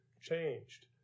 changed